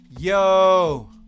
Yo